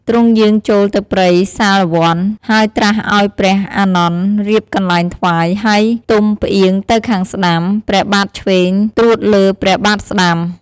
ទ្រង់យាងចូលទៅព្រៃសាលវន្ត ហើយត្រាស់ឲ្យព្រះអានន្ទរៀបកន្លែងថ្វាយ ហើយផ្ទុំផ្អៀងទៅខាងស្តាំ ព្រះបាទឆ្វេងត្រួតលើព្រះបាទស្តាំ។